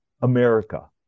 America